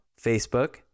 Facebook